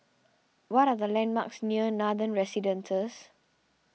what are the landmarks near Nathan Residences